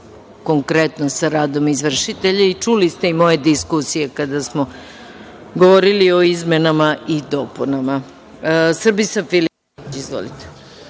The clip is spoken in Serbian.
konkretno sa radom izvršitelja i čuli ste moje diskusije kada smo govorili o izmenama i dopunama. Reč